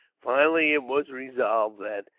finally it was resolved that,